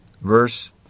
verse